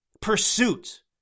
pursuit